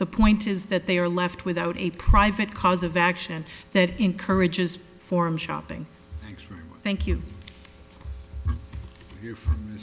the point is that they are left without a private cause of action that encourages forum shopping thank you you